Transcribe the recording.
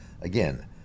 again